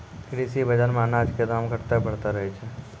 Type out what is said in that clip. कृषि बाजार मॅ अनाज के दाम घटतॅ बढ़तॅ रहै छै